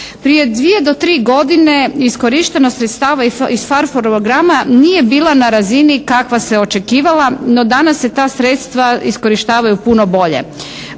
Prije dvije do tri godine iskorištenost sredstava iz PHARE programa nije bila na razini kakva se očekivala, no danas se ta sredstva iskorištavaju puno bolje,